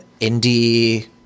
indie